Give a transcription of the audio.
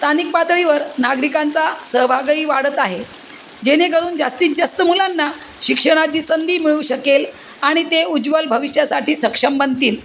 स्थानिक पातळीवर नागरिकांचा सहभागही वाढत आहे जेणेकरून जास्तीत जास्त मुलांना शिक्षणाची संंधी मिळू शकेल आणि ते उज्ज्वल भविष्यासाठी सक्षम बनतील